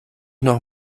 noch